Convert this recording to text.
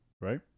right